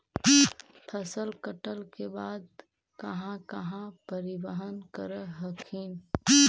फसल कटल के बाद कहा कहा परिबहन कर हखिन?